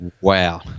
Wow